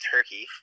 Turkey